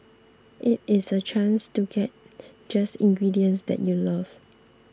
it is a chance to get just ingredients that you love